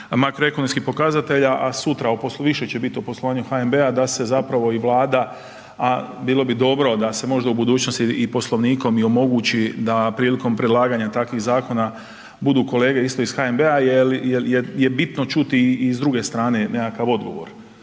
makroekonomskih pokazatelja, a sutra o poslu, više će bit o poslovanju HNB-a da se zapravo i Vlada, a bilo bi dobro da se možda u budućnosti i Poslovnikom i omogući da prilikom predlaganja takvih zakona budu kolege isto iz HNB-a jel, jel je bitno čuti i s druge strane nekakav odgovor,